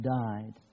died